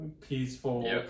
peaceful